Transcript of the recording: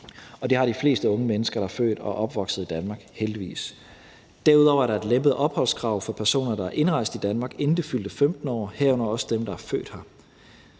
det har de fleste unge mennesker, der er født og opvokset i Danmark, heldigvis. Derudover er der et lempet opholdskrav for personer, der er indrejst i Danmark, inden de fyldte 15 år, herunder også dem, der er født her.